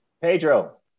Pedro